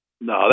No